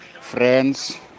friends